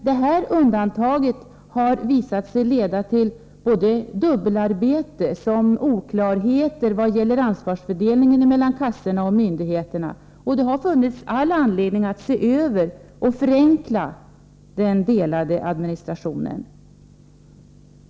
Detta undantag har dock visat sig leda till såväl dubbelarbete som oklarheter vad gäller ansvarsfördelningen mellan kassorna och myndigheterna, och det har funnits all anledning att se över och förenkla den delade administrationen.